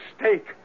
mistake